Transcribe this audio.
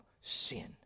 sin